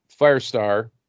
Firestar